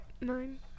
Nine